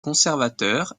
conservateurs